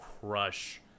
crush